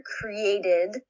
created